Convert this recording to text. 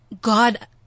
God